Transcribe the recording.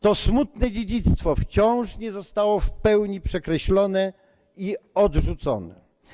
To smutne dziedzictwo wciąż nie zostało w pełni przekreślone i odrzucone.